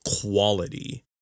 quality